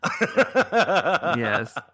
Yes